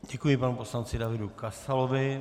Děkuji panu poslanci Davidu Kasalovi.